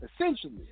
Essentially